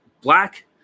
black